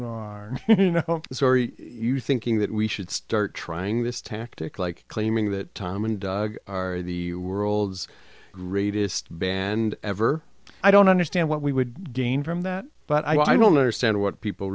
are you thinking that we should start trying this tactic like claiming that time and are the world's greatest band ever i don't understand what we would gain from that but i don't understand what people